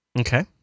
Okay